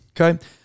Okay